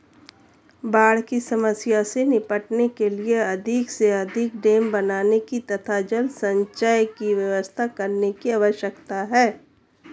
बाढ़ की समस्या से निपटने के लिए अधिक से अधिक डेम बनाने की तथा जल संचय की व्यवस्था करने की आवश्यकता है